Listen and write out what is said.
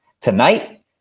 tonight